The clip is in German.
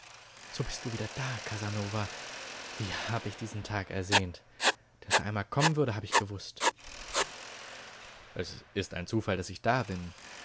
so bist du wieder da casanova wie hab ich diesen tag ersehnt daß er einmal kommen würde hab ich gewußt es ist ein zufall daß ich da bin